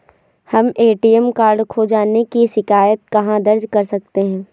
हम ATM card खो जाने की शिकायत कहाँ दर्ज कर सकते हैं?